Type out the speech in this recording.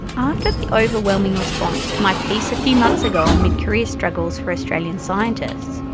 after the overwhelming response to my piece a few months ago on mid-career struggles for australian scientists,